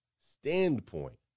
standpoint